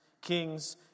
kings